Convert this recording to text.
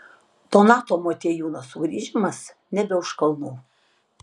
donato motiejūno sugrįžimas nebe už kalnų